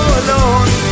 alone